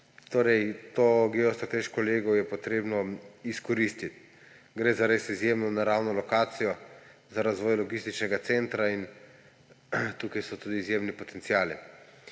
Torej, to geostrateško lego je potrebno izkoristiti. Gre za res izjemno naravno lokacijo za razvoj logističnega centra in tukaj so tudi izjemni potenciali.